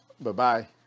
Bye-bye